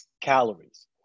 calories